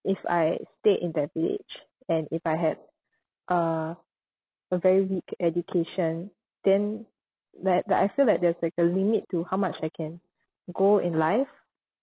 if I stayed in that village and if I had uh a very weak education then that that I feel like there's like a limit to how much I can go in life